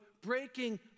breaking